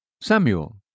Samuel